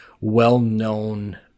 well-known